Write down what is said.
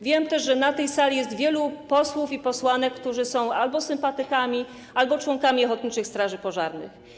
Wiem też, że na tej sali jest wielu posłów i wiele posłanek, którzy są albo sympatykami, albo członkami ochotniczych straży pożarnych.